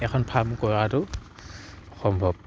এখন ফাৰ্ম কৰাটো সম্ভৱ